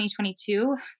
2022